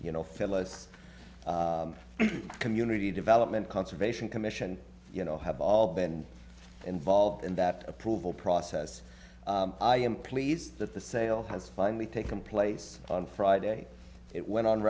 you know fellas community development conservation commission you know have all been involved in that approval process i am pleased that the sale has finally taken place on friday it went on